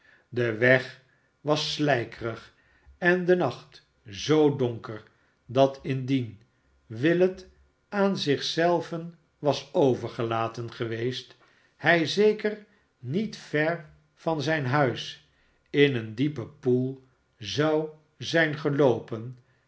de weg was slijkerig en de nacht zoo donker dat indien willet aan zich zelven was overgelaten geweest hij zeker niet ver van zijn huis in een diepen poel zou zijn geloopen